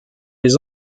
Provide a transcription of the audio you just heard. les